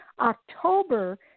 October